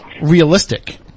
realistic